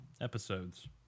episodes